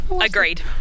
Agreed